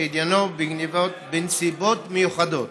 שעניינו גנבה בנסיבות מיוחדות